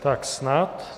Tak snad.